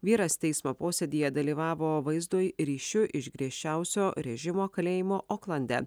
vyras teismo posėdyje dalyvavo vaizdui ryšiu iš griežčiausio režimo kalėjimo oklande